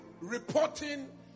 reporting